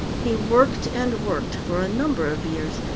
he worked and worked for a number of years.